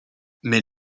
mais